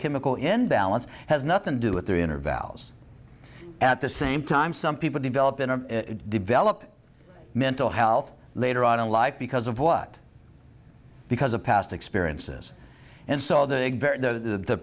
chemical imbalance has nothing to do with their inner valves at the same time some people develop in a developed mental health later on in life because of what because of past experiences and saw the the